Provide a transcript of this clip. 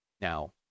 Now